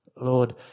Lord